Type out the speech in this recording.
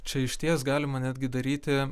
čia išties galima netgi daryti